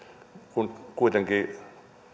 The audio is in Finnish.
kun kuitenkin